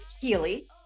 Healy